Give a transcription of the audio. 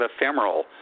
ephemeral